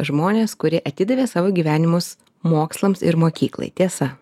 žmones kurie atidavė savo gyvenimus mokslams ir mokyklai tiesa